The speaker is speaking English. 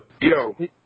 Yo